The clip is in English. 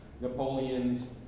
Napoleon's